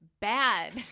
bad